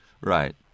Right